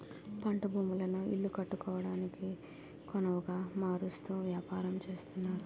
పంట భూములను ఇల్లు కట్టుకోవడానికొనవుగా మారుస్తూ వ్యాపారం చేస్తున్నారు